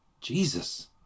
Jesus